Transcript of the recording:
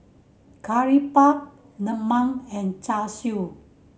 Curry Puff lemang and Char Siu